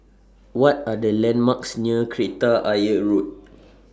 What Are The landmarks near Kreta Ayer Road